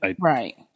right